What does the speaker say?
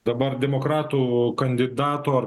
dabar demokratų kandidato ar